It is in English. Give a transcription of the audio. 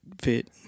fit